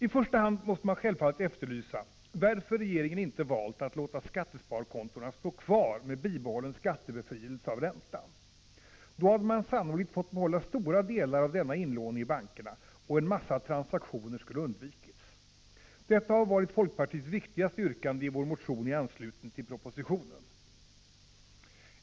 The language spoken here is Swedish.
I första hand måste man självfallet efterlysa varför regeringen inte valt att låta skattesparkontona vara kvar med bibehållen skattebefrielse av räntan. Då hade man sannolikt fått behålla stora delar av denna inlåning i bankerna, och en massa transaktioner skulle ha undvikits. Detta har varit folkpartiets viktigaste yrkande i vår motion i anslutning till propositionen.